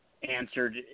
answered